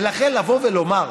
ולכן לבוא ולומר: